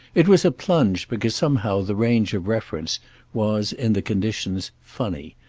it was a plunge because somehow the range of reference was, in the conditions, funny,